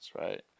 right